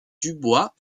dubois